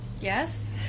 Yes